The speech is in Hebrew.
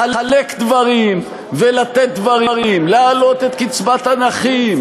לחלק דברים ולתת דברים, להעלות את קצבת הנכים,